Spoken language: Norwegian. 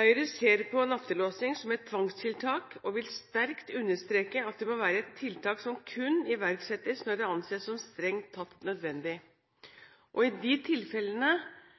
Høyre ser på nattelåsing som et tvangstiltak og vil sterkt understreke at det må være et tiltak som kun iverksettes når det anses som helt nødvendig. I disse tilfellene